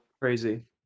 Crazy